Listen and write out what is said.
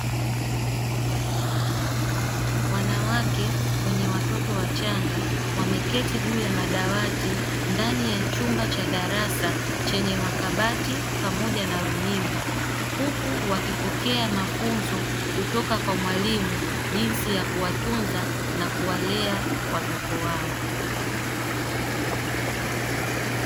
Wanawake wenye watoto wachanga, wameketi juu ya madawati ndani ya chumba cha darasa chenye makabati pamoja na runinga, huku wakipokea mafunzo kutoka kwa mwalimu jinsi ya kuwatunza na kuwalea watoto wao.